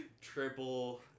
Triple